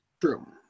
True